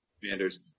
commanders